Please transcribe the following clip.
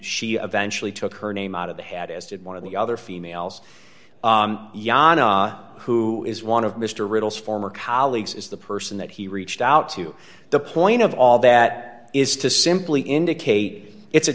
she eventually took her name out of the head as did one of the other females yana who is one of mr riddle's former colleagues is the person that he reached out to the point of all that is to simply indicate it's a